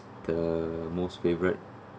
the most favourite